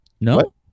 No